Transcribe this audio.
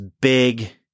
big